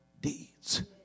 deeds